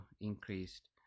increased